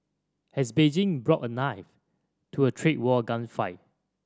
has Beijing brought a knife to a trade war gunfight